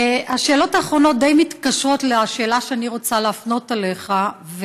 השאלות האחרונות די מתקשרות לשאלה שאני רוצה להפנות אליך: